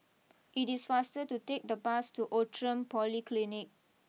it is faster to take the bus to Outram Polyclinic